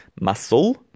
Muscle